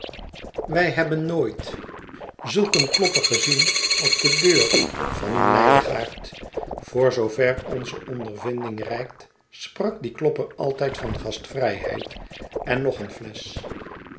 wij hebben nooit zulk een klopper gezien op de deur van een nijdigaard voor zoo ver onze ondervinding reikt sprak die klopper altijd van gastvrijheid en nog een flesch